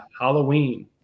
Halloween